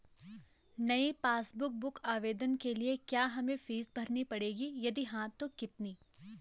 नयी passbook book आवेदन के लिए क्या हमें फीस भरनी पड़ेगी यदि हाँ तो कितनी?